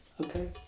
Okay